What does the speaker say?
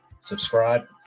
Subscribe